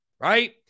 right